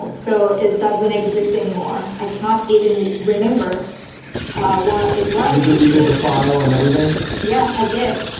so it doesn't exist anymore. i can't even remember what it was deleted the file and everything yeah, i did.